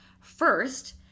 First